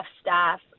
staff